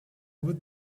would